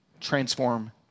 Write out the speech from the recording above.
transform